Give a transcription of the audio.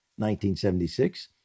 1976